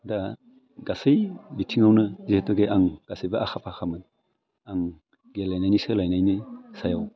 दा गासै बिथिङावनो जिहेथु जे आं गासैबो आखा फाखामोन आं गेलेनायनि सोलायनायनि सायाव